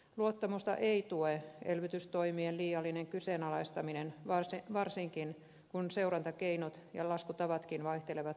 luottamusta ei tue elvytystoimien liiallinen kyseenalaistaminen varsinkin kun seurantakeinot ja laskutavatkin vaihtelevat suuresti